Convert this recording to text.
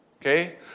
Okay